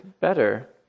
better